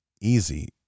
easy